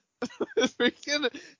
freaking